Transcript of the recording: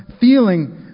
feeling